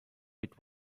with